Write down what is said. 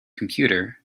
computer